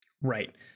Right